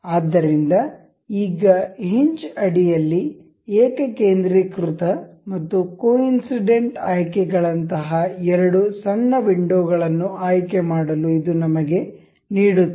ಆದ್ದರಿಂದ ಈಗ ಹಿಂಜ್ ಅಡಿಯಲ್ಲಿ ಏಕಕೇಂದ್ರೀಕೃತ ಮತ್ತು ಕೊಇನ್ಸಿಡೆಂಟ್ ಆಯ್ಕೆಗಳಂತಹ ಎರಡು ಸಣ್ಣ ವಿಂಡೋಗಳನ್ನು ಆಯ್ಕೆ ಮಾಡಲು ಇದು ನಮಗೆ ನೀಡುತ್ತದೆ